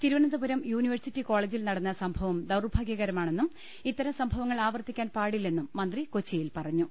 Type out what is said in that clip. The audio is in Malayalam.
തിരുവനന്തപുരം യൂണിവേഴ്സിറ്റി കോളേജിൽ നടന്ന സംഭവം ദൌർഭാഗൃകരമാണെന്നും ഇത്തരം സംഭവങ്ങൾ ആവർത്തിക്കാൻപാടില്ലെന്നും മന്ത്രി കൊച്ചിയിൽ പറഞ്ഞു